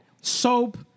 Soap